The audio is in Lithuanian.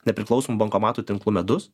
nepriklausomu bankomatų tinklu medus